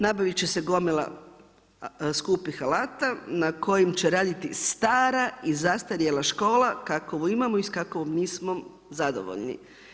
Nabavit će se gomila skupih alata na kojim će raditi stara i zastarjela škola kakovu imamo i s kakovom nismo zadovoljni.